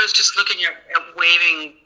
just just looking at waiving,